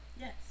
yes